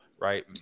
right